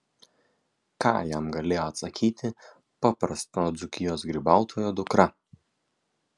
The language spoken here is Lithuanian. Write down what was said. ką jam galėjo atsakyti paprasto dzūkijos grybautojo dukra